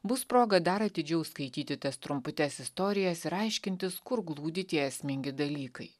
bus proga dar atidžiau skaityti tas trumputes istorijas ir aiškintis kur glūdi tie esmingi dalykai